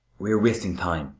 we are wasting time,